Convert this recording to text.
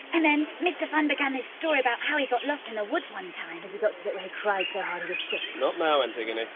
and then mr funn began this story about how he got lost in the woods one time. has he got to the bit where he cried so hard he was sick? not now, antigone.